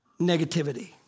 negativity